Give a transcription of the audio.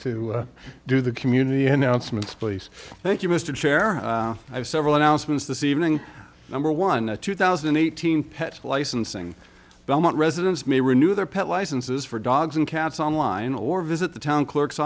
to do the community enhancements please thank you mr chair i have several announcements this evening number one a two thousand and eighteen pet licensing belmont residents may renew their pet licenses for dogs and cats online or visit the town clerk